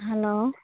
hello